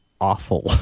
awful